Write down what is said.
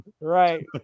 Right